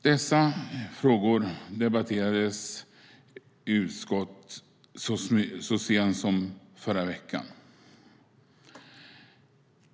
Dessa frågor debatterades i utskottet så sent som i förra veckan.